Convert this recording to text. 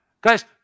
Guys